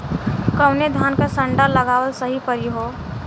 कवने धान क संन्डा लगावल सही परी हो?